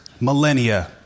millennia